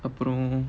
அப்புறம்:appuram